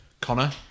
Connor